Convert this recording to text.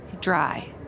dry